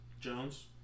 Jones